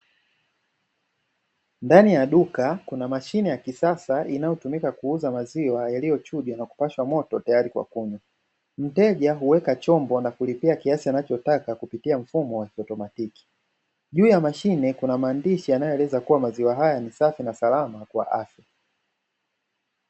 Ndani ya duka kuna mashine ya kisasa inayotumika kuuza maziwa yaliyochujwa na kupashwa moto tayari kwa kunywa. mteja huweka chombo na kulipia kiasi anachotaka kupitia mfumo wa kiautomatiki. Juu ya mashine kuna maandishi yanayoeleza kuwa maziwa haya ni safi na salama kwa afya.